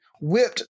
whipped